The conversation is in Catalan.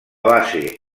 base